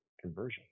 conversion